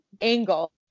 angle